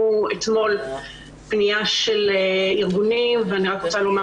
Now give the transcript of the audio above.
אתמול פנייה של ארגונים ואני רק רוצה לומר